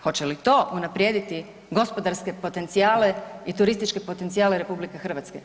Hoće li to unaprijediti gospodarski potencijale i turističke potencijale RH?